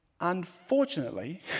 Unfortunately